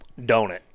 donut